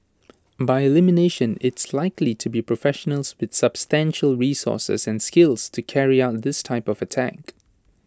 by elimination it's likely to be professionals with substantial resources and skills to carry out this type of attack